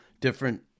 different